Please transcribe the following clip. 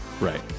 Right